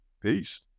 Peace